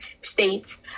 states